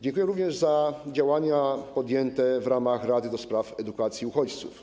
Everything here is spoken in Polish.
Dziękuję również za działania podjęte w ramach Rady do Spraw Edukacji Uchodźców.